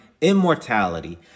immortality